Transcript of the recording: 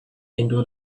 into